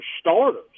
starters